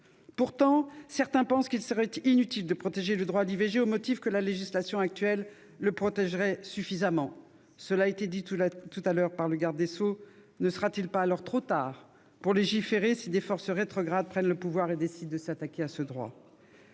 Pourtant, certains pensent qu'il serait inutile de protéger le droit à l'IVG au motif que la législation actuelle le protégerait déjà suffisamment. Mais, comme l'a dit précédemment le garde des sceaux, ne sera-t-il pas alors trop tard pour légiférer si des forces rétrogrades prennent le pouvoir et décident de s'attaquer à ce droit ?